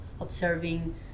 observing